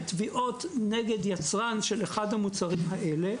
בתביעות נגד יצרן של אחד המוצרים האלה,